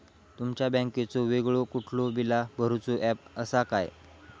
तुमच्या बँकेचो वेगळो कुठलो बिला भरूचो ऍप असा काय?